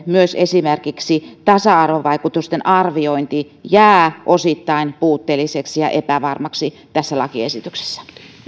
myös esimerkiksi tasa arvovaikutusten arviointi jää osittain puutteelliseksi ja epävarmaksi tässä lakiesityksessä